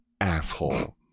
asshole